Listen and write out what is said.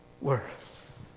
worth